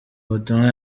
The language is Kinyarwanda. butumwa